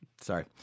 sorry